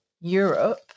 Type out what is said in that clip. Europe